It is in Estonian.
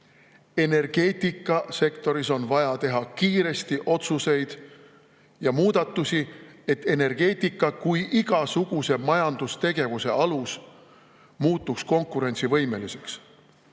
energeetikasektoris on vaja teha kiiresti otsuseid ja muudatusi, et energeetika kui igasuguse majandustegevuse alus muutuks konkurentsivõimeliseks.